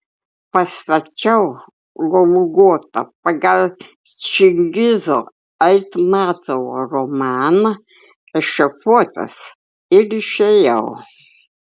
pastačiau golgotą pagal čingizo aitmatovo romaną ešafotas ir išėjau